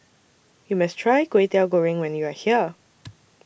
YOU must Try Kwetiau Goreng when YOU Are here